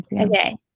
Okay